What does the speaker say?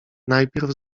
najpierw